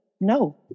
No